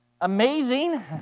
amazing